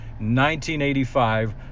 1985